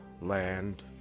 land